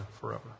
forever